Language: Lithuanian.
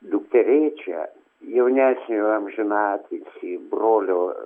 dukterėčią jaunesniojo amžinatilsį brolio